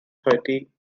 thirty